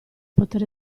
poter